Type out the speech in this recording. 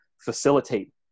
facilitate